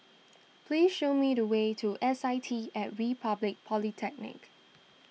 please show me the way to S I T at Republic Polytechnic